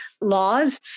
laws